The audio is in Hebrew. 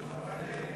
סעיף